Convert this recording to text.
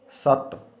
ਸੱਤ